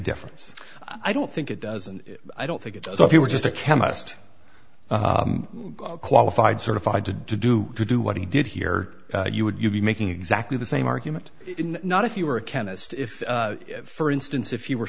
difference i don't think it does and i don't think it does if you were just a chemist qualified certified to do to do what he did here you would you be making exactly the same argument not if you were a chemist if for instance if you were